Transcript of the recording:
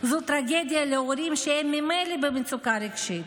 זאת טרגדיה להורים שהם ממילא במצוקה רגשית.